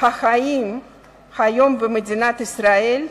החיים היום במדינת ישראל,